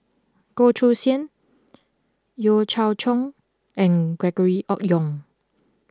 Goh Choo San Yeo Cheow Tong and Gregory Yong